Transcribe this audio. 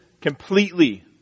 completely